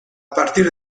partir